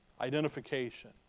Identification